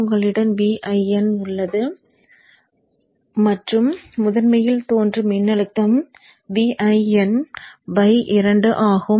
உங்களிடம் Vin உள்ளது உங்களிடம் Vin 2 உள்ளது மற்றும் முதன்மையில் தோன்றும் மின்னழுத்தம் Vin பை 2 ஆகும்